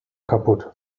kaputt